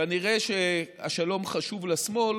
כנראה השלום חשוב לשמאל